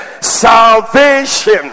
Salvation